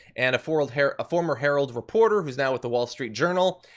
and a former herald former herald reporter who's now with the wall street journal.